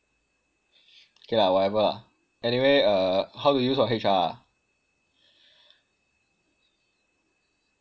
okay lah whatever ah anyway uh how to use on H_R ah